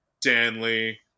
Danley